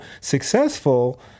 successful